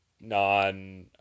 non